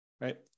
right